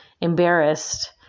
embarrassed